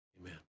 amen